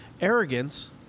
Arrogance